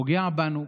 פוגעות בנו,